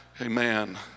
amen